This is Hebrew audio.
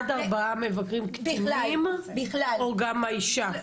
עד ארבעה מבקרים קטינים או גם האישה?